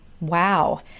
wow